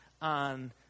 on